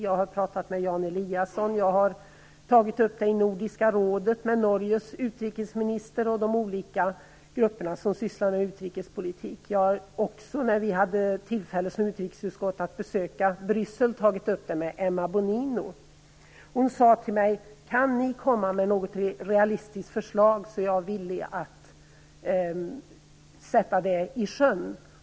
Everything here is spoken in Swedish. Jag har också pratat med Jan Eliasson och tagit upp detta i Nordiska rådet med Norges utrikesminister och med de olika grupper som sysslar med utrikespolitik. Då utrikesutskottet hade tillfälle att besöka Bryssel tog jag upp frågan med Emma Bonino. Hon sade till mig: Om ni kan komma med ett realistiskt förslag är jag villig att sätta det i sjön.